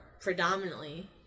predominantly